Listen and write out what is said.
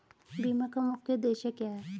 बीमा का मुख्य उद्देश्य क्या है?